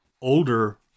older